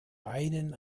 einen